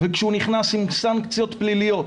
ועם סנקציות פליליות